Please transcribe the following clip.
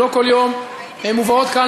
לא כל יום מובאות לכאן,